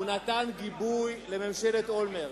דני, אתה, הוא נתן גיבוי לממשלת אולמרט.